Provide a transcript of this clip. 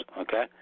okay